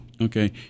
Okay